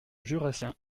jurassien